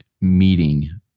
meeting